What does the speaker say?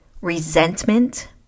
resentment